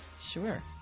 Sure